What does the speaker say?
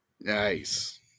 Nice